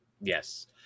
Yes